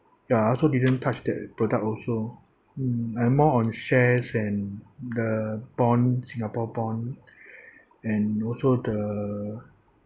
ya I also didn't touch that product also mm I'm more on shares and the bond singapore bond and also the